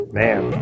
man